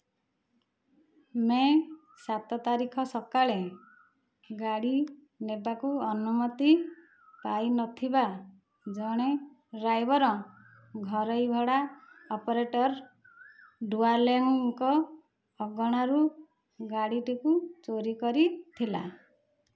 ମେ ସାତ ତାରିଖ ସକାଳେ ଗାଡ଼ି ନେବାକୁ ଅନୁମତି ପାଇନଥିବା ଜଣେ ଡ୍ରାଇଭର ଘରୋଇ ଭଡ଼ା ଅପରେଟର୍ ଡୁଆଲୱେଙ୍କ ଅଗଣାରୁ ଗାଡ଼ିଟିକୁ ଚୋରି କରିଥିଲା